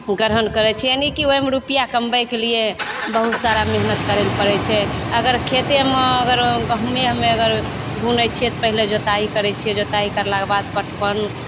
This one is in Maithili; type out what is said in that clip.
ग्रहण करय छै यानि की ओइमे रूपैआ कमबयके लिए बहुत सारा मेहनत करय लए पड़य छै अगर खेतेमे अगर गहुँमे हमे अगर गुनय छियै तऽ पहिले जोताइ करय छियै जोताइ करलाके बाद पटबन